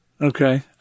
Okay